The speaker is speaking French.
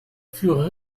furent